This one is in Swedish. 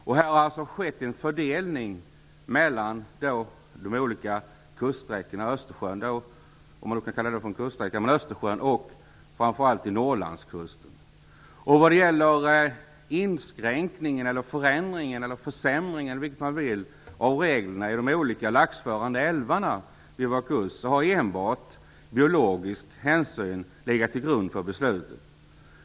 Här har det alltså skett en fördelning mellan de olika kuststräckorna runt Östersjön, framför allt vid Norrlandskusten. Vad gäller inskränkningen - förändringen eller försämringen - av reglerna för de olika laxförande älvarna har enbart biologisk hänsyn legat till grund för beslutet.